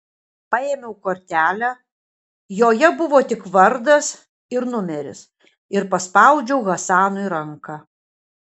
paėmiau kortelę joje buvo tik vardas ir numeris ir paspaudžiau hasanui ranką